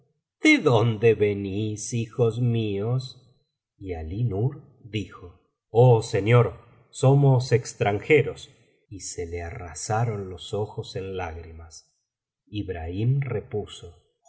de dónde venís hijos míos y alí nur dijo oh señor somos extranjeros y se le arrasaron los ojos en lágrimas ibrahim repuso oh